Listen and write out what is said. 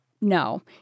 No